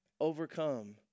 overcome